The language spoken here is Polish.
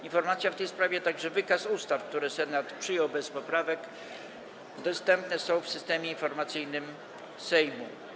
Informacja w tej sprawie, a także wykaz ustaw, które Senat przyjął bez poprawek, dostępne są w Systemie Informacyjnym Sejmu.